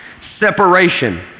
Separation